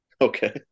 Okay